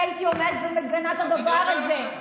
אני הייתי עומדת ומגנה את הדבר הזה.